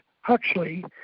Huxley